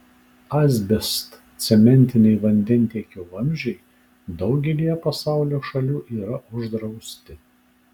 asbestcementiniai vandentiekio vamzdžiai daugelyje pasaulio šalių yra uždrausti